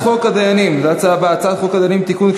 הצעת חוק הדיינים (תיקון,